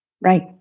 Right